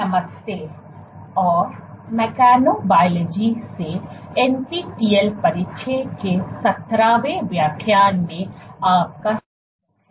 नमस्ते और मैकेबोलॉजी से एनपीटीईएल परिचय के 17 वें व्याख्यान में आपका स्वागत है